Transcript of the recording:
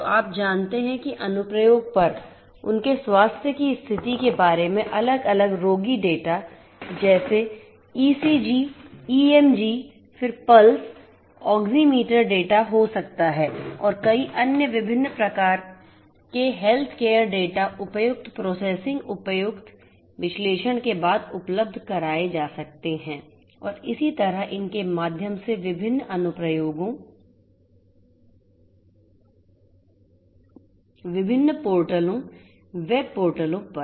तो आप जानते हैं कि अनुप्रयोग पर उनके स्वास्थ्य की स्थिति के बारे में अलग अलग रोगी डेटा जैसे ईसीजी ईएमजी फिर पल्स ऑक्सीमीटर डेटा हो सकता है और कई अन्य विभिन्न प्रकार के हेल्थकेयर डेटा उपयुक्त प्रोसेसिंग उपयुक्त विश्लेषण के बाद उपलब्ध कराए जा सकते हैं और इसी तरह इनके माध्यम से विभिन्न अनुप्रयोगों विभिन्न पोर्टलों वेब पोर्टलों पर